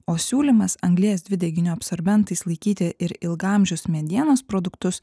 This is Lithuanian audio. o siūlymas anglies dvideginio absorbentais laikyti ir ilgaamžius medienos produktus